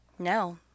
No